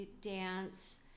dance